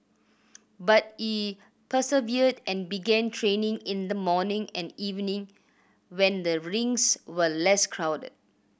but he persevered and began training in the morning and evening when the rinks were less crowded